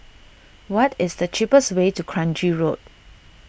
what is the cheapest way to Kranji Road